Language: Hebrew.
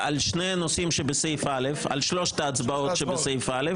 גם שם יש יושב ראש חרדי.